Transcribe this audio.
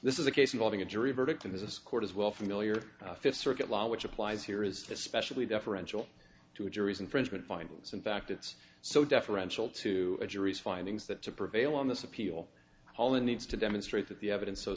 this is a case involving a jury verdict in this court as well familiar fifth circuit law which applies here is especially deferential to juries infringement findings in fact it's so deferential to juries findings that to prevail on this appeal all it needs to demonstrate that the evidence so